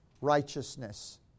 righteousness